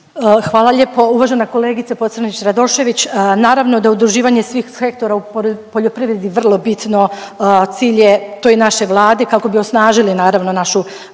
Hvala lijepo uvažena kolegice Pocrnić-Radošević. Naravno da udruživanje svih hektara u poljoprivredi vrlo bitno, cilj je to i našoj Vladi kako bi osnažili naravno našu